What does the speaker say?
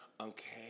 okay